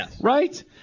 right